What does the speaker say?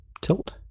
tilt